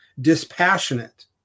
dispassionate